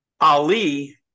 Ali